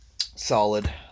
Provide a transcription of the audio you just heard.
Solid